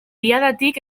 diadatik